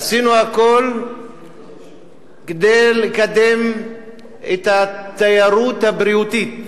עשינו הכול כדי לקדם את התיירות הבריאותית,